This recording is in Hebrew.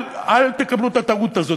אל תקבלו את הטעות הזאת,